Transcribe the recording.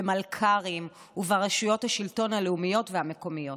במלכ"רים וברשויות השלטון הלאומיות והמקומיות.